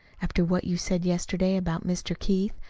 after what you said yesterday about mr. keith.